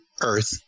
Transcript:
earth